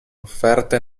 offerte